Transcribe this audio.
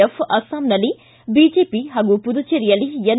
F ಅಸ್ಲಾಂನಲ್ಲಿ BJP ಹಾಗೂ ಮದುಚೇರಿಯಲ್ಲಿ ಎನ್